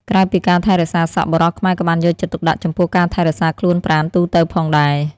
ក្រៅពីការថែរក្សាសក់ បុរសខ្មែរក៏បានយកចិត្តទុកដាក់ចំពោះការថែរក្សាខ្លួនប្រាណទូទៅផងដែរ។